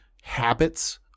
habits